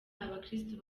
abakirisitu